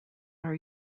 are